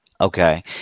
Okay